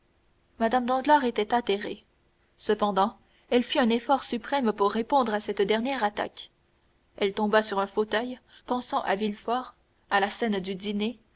mme danglars était atterrée cependant elle fit un effort suprême pour répondre à cette dernière attaque elle tomba sur un fauteuil pensant à villefort à la scène du dîner